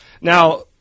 Now –